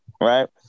right